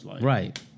Right